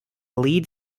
lead